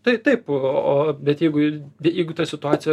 tai taip o bet jeigu jeigu ta situacija